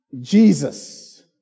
Jesus